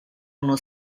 uno